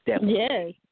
Yes